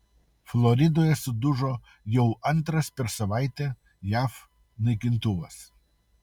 floridoje sudužo jau antras per savaitę jav naikintuvas